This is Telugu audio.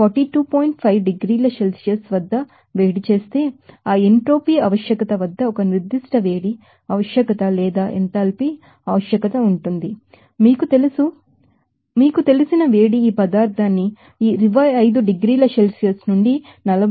5 డిగ్రీల సెల్సియస్ వరకు వేడి చేస్తే ఆ ఎంట్రోపీ రిక్విర్మెంట్ఆవశ్యకతవద్ద ఒక సర్టెన్ హీట్ రిక్విర్మెంట్నిర్దిష్ట వేడి ఆవశ్యకత లేదా ఎంథాల్పీ రిక్విర్మెంట్ ఆవశ్యకత ఉంటుంది మీకు తెలుసు మీకు తెలిసిన వేడి ఈ పదార్థాన్ని ఈ 25 డిగ్రీల సెల్సియస్ నుండి 42